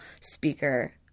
speaker